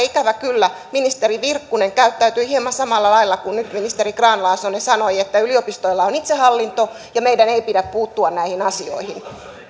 ikävä kyllä ministeri virkkunen käyttäytyi hieman samalla lailla kuin nyt ministeri grahn laasonen sanoi että yliopistoilla on itsehallinto ja meidän ei pidä puuttua näihin asioihin